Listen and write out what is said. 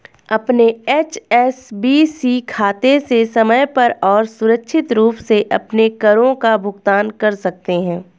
अपने एच.एस.बी.सी खाते से समय पर और सुरक्षित रूप से अपने करों का भुगतान कर सकते हैं